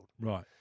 Right